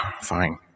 Fine